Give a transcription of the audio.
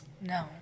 No